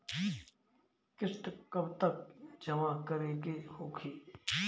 किस्त कब तक जमा करें के होखी?